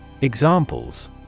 Examples